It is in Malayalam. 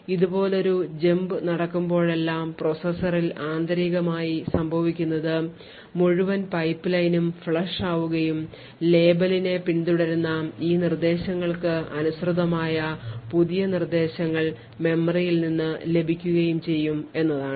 ഇതുപോലൊരു jump നടക്കുമ്പോഴെല്ലാം പ്രോസസ്സറിൽ ആന്തരികമായി സംഭവിക്കുന്നത് മുഴുവൻ പൈപ്പ്ലൈനും ഫ്ലഷ് ആകുകയും ലേബലിനെ പിന്തുടരുന്ന ഈ നിർദ്ദേശങ്ങൾക്ക് അനുസൃതമായ പുതിയ നിർദ്ദേശങ്ങൾ മെമ്മറിയിൽ നിന്ന് ലഭ്യമാക്കുകയും ചെയ്യും എന്നതാണ്